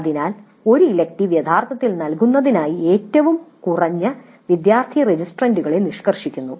അതിനാൽ ഒരു ഇലക്ടീവ് യഥാർത്ഥത്തിൽ നൽകുന്നതിനായി ഏറ്റവും കുറഞ്ഞ വിദ്യാർത്ഥി രജിസ്ട്രാന്റുകളെ നിഷ്കർഷിക്കുന്നു